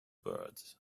birds